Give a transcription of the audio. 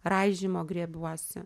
raižymo griebiuosi